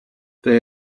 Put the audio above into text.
they